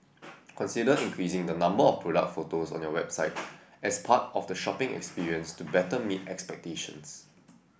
consider increasing the number of product photos on your website as part of the shopping experience to better meet expectations